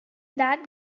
that